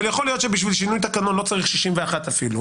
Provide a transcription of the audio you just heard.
שבשביל שינוי תקנון לא צריך 61 אפילו,